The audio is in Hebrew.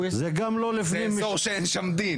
זה אזור שאין שם דין.